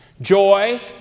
Joy